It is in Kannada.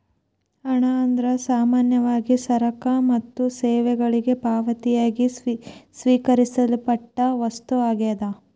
ಹಣ ಅಂದ್ರ ಸಾಮಾನ್ಯವಾಗಿ ಸರಕ ಮತ್ತ ಸೇವೆಗಳಿಗೆ ಪಾವತಿಯಾಗಿ ಸ್ವೇಕರಿಸಲ್ಪಟ್ಟ ವಸ್ತು ಆಗ್ಯಾದ